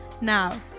Now